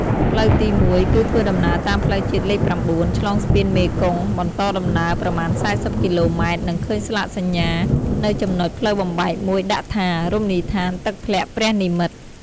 ផ្លូវទី១ គឺធ្វើដំណើរតាមផ្លូវជាតិលេខ៩ ឆ្លងស្ពានមេគង្គបន្តដំណើរ ប្រមាណ៤០គីឡូម៉ែត្រ នឹងឃើញស្លាកសញ្ញា នៅចំណុចផ្លូវបំបែកមួយដាក់ថា “រមណីយដ្ឋានទឹកធ្លាក់ព្រះនិមិ្មត” ។